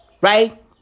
Right